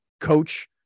coach